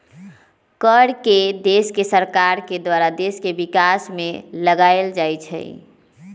कर के देश के सरकार के द्वारा देश के विकास में लगाएल जाइ छइ